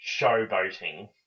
showboating